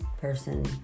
person